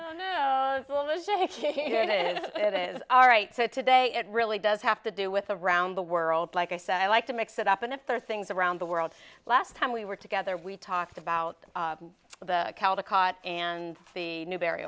kid it is all right so today it really does have to do with around the world like i said i like to mix it up and if there are things around the world last time we were together we talked about the caldicott and the newb